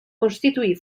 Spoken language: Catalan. constituir